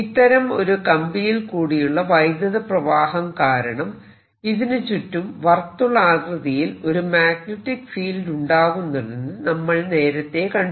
ഇത്തരം ഒരു കമ്പിയിൽ കൂടിയുള്ള വൈദ്യുതപ്രവാഹം കാരണം ഇതിനു ചുറ്റും വർത്തുളാകൃതിയിൽ ഒരു മാഗ്നെറ്റിക് ഫീൽഡ് ഉണ്ടാകുന്നുണ്ടെന്നു നമ്മൾ നേരത്തെ കണ്ടു